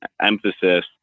emphasis